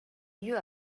you